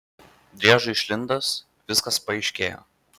driežui išlindus viskas paaiškėjo